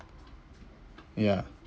ya